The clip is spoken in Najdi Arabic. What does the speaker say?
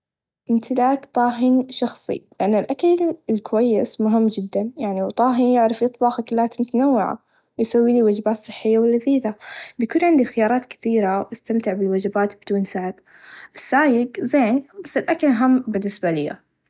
إمتلاك طاهي شخصي لأن الأكل الكويس مهم چدا يعني و طاهي يعرف يطبخ أكلات متنوعه يسويلي وچبات صحيه و لذيذه بيكون عندي خيارا كثيره و أستمتع بالوچبات بدون سايق السايق زين بس الأكل أهم بالنسبه ليا.